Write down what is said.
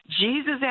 Jesus